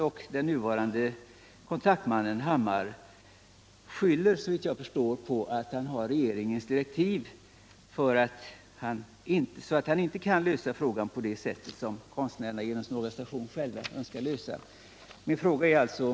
Den — Nr 76 nuvarande kontaktmannen, herr Hammar, skyller såvitt jag förstår på att han Torsdagen den har regeringens direktiv, så att han inte kan nå en lösning på det sätt som 9 februari 1978 konstnärerna genom sin organisation själva önskar.